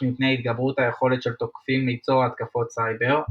מפני התגברות היכולת של תוקפים ליצור התקפות סייבר.